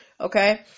Okay